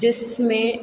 जिस में